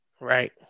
Right